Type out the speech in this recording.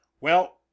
Well